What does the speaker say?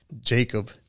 Jacob